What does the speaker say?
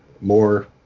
more